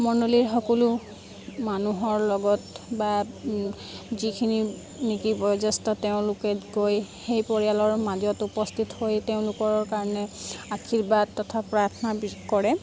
মনলৈ সকলো মানুহৰ লগত বা যিখিনি নিকি বয়োজ্যেষ্ঠ তেওঁলোকে গৈ সেই পৰিয়ালৰ মাজত উপস্থিত হৈ তেওঁলোকৰ কাৰণে আশীৰ্বাদ তথা প্ৰাৰ্থনা বি কৰে